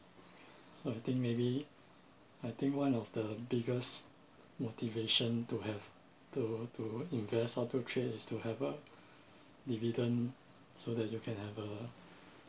so I think maybe I think one of the biggest motivation to have to to invest all those trade is to have a dividend so that you can have a